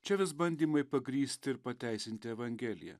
čia vis bandymai pagrįsti ir pateisinti evangeliją